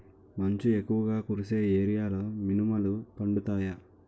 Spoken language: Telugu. మంచు ఎక్కువుగా కురిసే ఏరియాలో మినుములు పండుతాయా?